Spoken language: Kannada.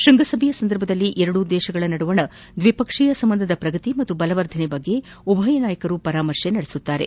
ಶೃಂಗಸಭೆಯ ಸಂದರ್ಭದಲ್ಲಿ ಎರಡೂ ದೇಶಗಳ ನಡುವಿನ ದ್ವಿಪಕ್ಷೀಯ ಸಂಬಂಧದ ಪ್ರಗತಿ ಹಾಗೂ ಬಲವರ್ಧನೆ ಕುರಿತು ಉಭಯ ನಾಯಕರು ಪರಾಮರ್ತೆ ನಡೆಸಲಿದ್ದಾರೆ